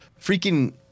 freaking